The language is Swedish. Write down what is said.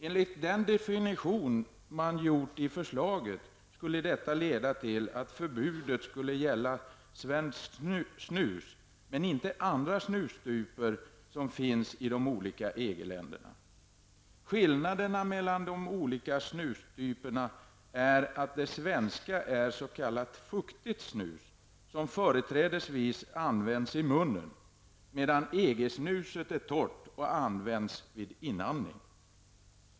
Enligt den definition man gjort i förslaget skulle detta leda till att förbudet skulle gälla svenskt snus men inte andra snustyper som finns i de olika EG-länderna. Skillnaderna mellan de olika snustyperna är att det svenska är s.k. fuktigt snus som företrädesvis används i munnen, medan EG-snuset är torrt och används vid inandning.